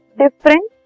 different